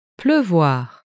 Pleuvoir